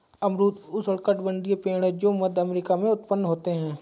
अमरूद उष्णकटिबंधीय पेड़ है जो मध्य अमेरिका में उत्पन्न होते है